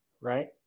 right